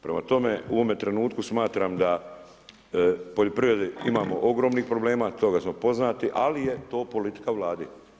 Prema tome, u ovome trenutku smatram da poljoprivredi imamo ogromnih problema, toga smo poznati, ali je to politika Vlade.